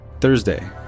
Thursday